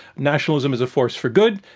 nationalism is a force for good.